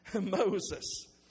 Moses